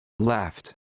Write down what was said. Left